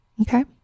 Okay